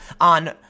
on